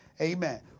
Amen